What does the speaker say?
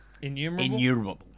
innumerable